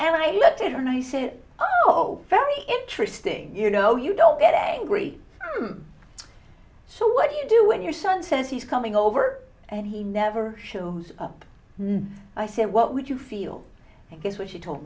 and i let her know i said oh very interesting you know you don't get angry so what do you do when your son says he's coming over and he never shows up and i said what would you feel and guess what she told